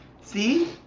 See